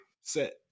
set